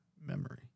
memory